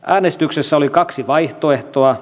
äänestyksessä oli kaksi vaihtoehtoa